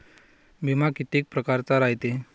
बिमा कितीक परकारचा रायते?